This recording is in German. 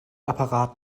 apparat